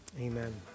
Amen